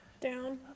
Down